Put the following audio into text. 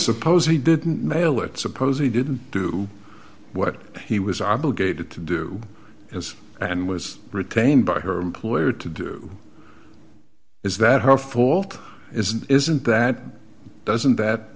suppose he didn't mail it suppose he didn't do what he was obligated to do as and was retained by her employer to do is that her fault isn't isn't that doesn't that